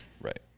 Right